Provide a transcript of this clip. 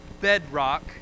bedrock